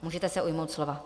Můžete se ujmout slova.